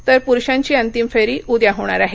तर प्रुषांची अंतिम फेरी उद्या होणार आहे